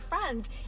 friends